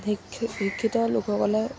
শিক্ষিত লোকসকলে